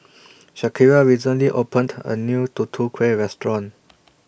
Shakira recently opened A New Tutu Kueh Restaurant